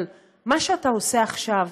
אבל מה שאתה עושה עכשיו,